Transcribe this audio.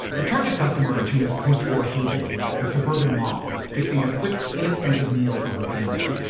the target customer, antunez postwar heyday was the suburban mom fixing a quick, inexpensive meal for her family.